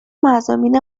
مضامین